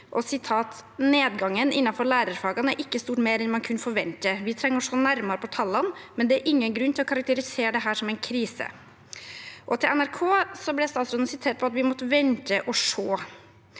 «Nedgangen innenfor lærerfagene er ikke stort mer enn man kunne forvente. Vi trenger å se nærmere på tallene, men det er ingen grunn til å karakterisere dette som en krise.» I NRK ble statsråden sitert på at vi måtte vente og se.